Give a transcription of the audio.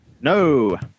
No